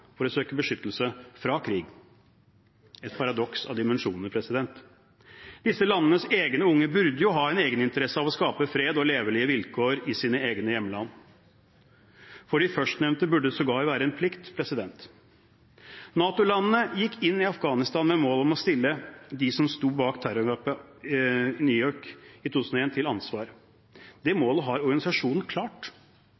for å søke beskyttelse fra krig. Det er et paradoks av dimensjoner. Disse landenes egne unge burde jo ha egeninteresse av å skape fred og levelige vilkår i sine egne hjemland. For dem burde det sågar være en plikt. NATO-landene gikk inn i Afghanistan med mål om å stille dem som sto bak terrorangrepet i New York i 2001, til ansvar. Det